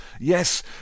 Yes